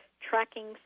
Tracking